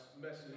message